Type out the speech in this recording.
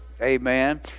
Amen